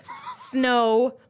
snow